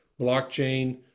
Blockchain